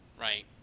right